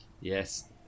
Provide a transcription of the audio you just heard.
Yes